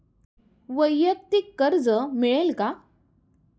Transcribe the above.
वैयक्तिक कर्ज मिळेल का?